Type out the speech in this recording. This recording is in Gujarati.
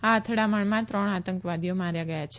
આ અથડામણમાં ત્રણ આતંકવાદીઓ માર્યા ગયા છે